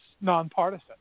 nonpartisan